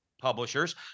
publishers